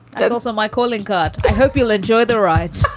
there's also my calling card i hope you'll enjoy the ride